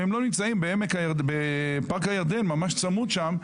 אם הם לא נמצאים בפארק הירדן ממש בצמוד לשם,